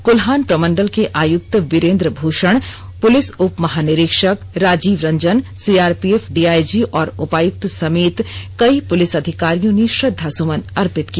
कोल्हान प्रमंडल के आयक्त वीरेंद्र भृषण पुलिस उपमहानिरीक्षक राजीव रंजन सीआरपीएफ डीआईजी और उपायुक्त समेत कई पुलिस अधिकारियों ने श्रद्दा सुमन अर्पित किया